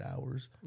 hours